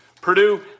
Purdue